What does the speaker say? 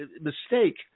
mistake